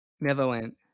Netherlands